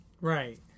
Right